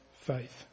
Faith